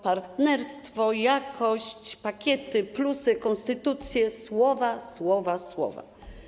Partnerstwo, jakość, pakiety, plusy, konstytucje - słowa, słowa, słowa.